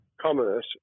commerce